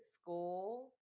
school